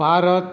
Bharat